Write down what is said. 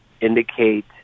indicate